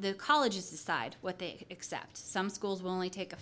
the colleges decide what they accept some schools will only take a